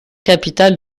capitale